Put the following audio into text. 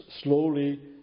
slowly